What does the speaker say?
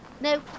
No